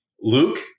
Luke